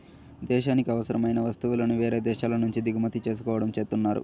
దేశానికి అవసరమైన వస్తువులను వేరే దేశాల నుంచి దిగుమతి చేసుకోవడం చేస్తున్నారు